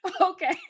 okay